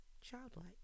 childlike